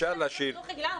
אם מתקיימת פעילות חינוך רגילה,